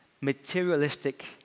materialistic